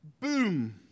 Boom